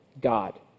God